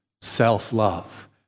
self-love